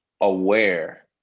aware